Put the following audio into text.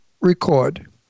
record